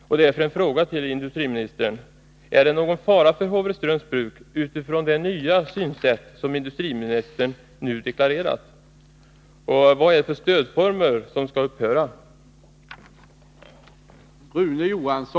Jag vill därför fråga industriministern: Är det någon fara för Håvreströms Bruk med tanke på det nya synsätt som industriministern nu har deklarerat? Vilka stödformer är det som skall upphöra?